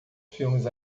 filmes